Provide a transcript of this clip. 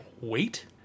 wait